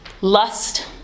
Lust